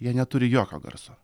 jie neturi jokio garso